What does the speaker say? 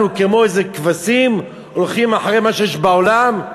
אנחנו כמו איזה כבשים הולכים אחרי מה שיש בעולם?